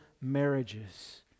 marriages